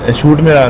ah shouldn't yeah